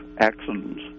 accidents